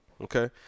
Okay